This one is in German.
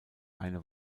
eine